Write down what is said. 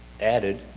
added